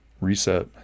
Reset